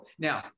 now